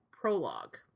prologue